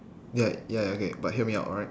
ya ya okay but hear me out alright